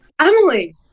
Emily